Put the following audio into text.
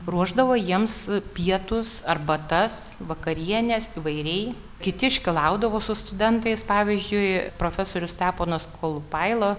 ruošdavo jiems pietus arbatas vakarienes įvairiai kiti iškylaudavo su studentais pavyzdžiui profesorius steponas kolupaila